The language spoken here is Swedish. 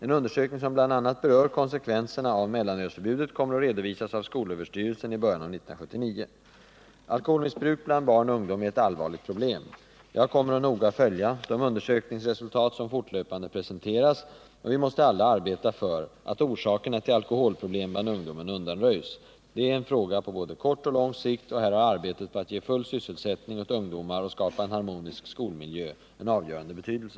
En undersökning som bl.a. berör konsekvenserna av mellanölsförbudet kommer att redovisas av skolöverstyrelsen i början av år 1979. Alkoholmissbruk bland barn och ungdom är ett allvarligt problem. Jag kommer att noga följa de undersökningsresultat som fortlöpande presenteras. Vi måste alla arbeta för att orsakerna till alkoholproblem bland ungdomen undanröjs. Detta är en fråga på både kort och lång sikt. Här har arbetet på att ge full sysselsättning åt ungdomar och att skapa en harmonisk skolmiljö avgörande betydelse.